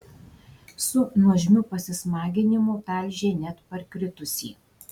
su nuožmiu pasismaginimu talžė net parkritusį